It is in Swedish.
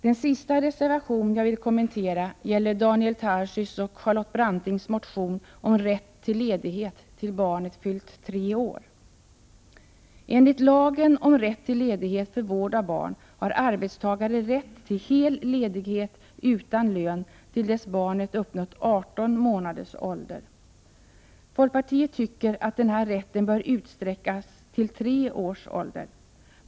Till sist vill jag kommentera Daniel Tarschys och Charlotte Brantings motion om rätt till ledighet till dess barnet fyllt tre år. Enligt lagen om rätt till ledighet för vård av barn har arbetstagare rätt till hel ledighet utan lön till dess barnet uppnått 18 månaders ålder. Folkpartiet tycker att denna rätt bör utsträckas till tre års ålder.